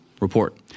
Report